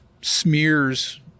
smears